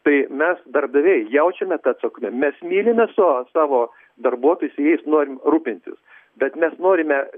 tai mes darbdaviai jaučiame tą atsakomybę mes mylime su savo darbuotojus ir jais norim rūpintis bet mes norime